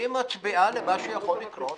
והיא מצביעה על מה שיכול לקרות,